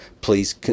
Please